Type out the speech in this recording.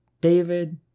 David